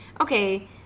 okay